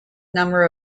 number